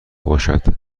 باشد